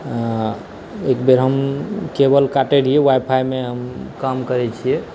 एक बेर हम केबल काटै रहिए वाइफाइमे हम काम करै छिए